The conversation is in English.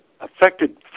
affected